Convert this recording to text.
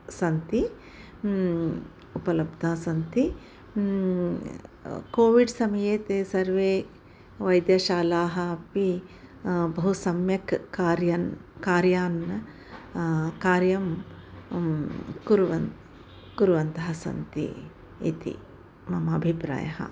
सन्ति उपलब्धाः सन्ति कोविड् समये ताः सर्वाः वैद्यशालाः अपि बहु सम्यक् कार्यं कार्यं कार्यं कुर्वन्तः कुर्वन्तः सन्ति इति मम अभिप्रायः